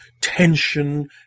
tension